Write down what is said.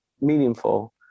meaningful